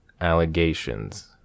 allegations